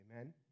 Amen